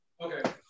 Okay